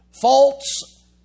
faults